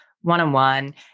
one-on-one